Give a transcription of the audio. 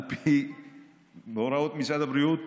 ועל פי הוראות משרד הבריאות